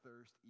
thirst